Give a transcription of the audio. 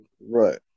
Right